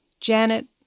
Janet